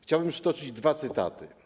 Chciałbym przytoczyć dwa cytaty.